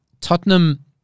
Tottenham